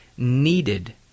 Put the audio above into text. Needed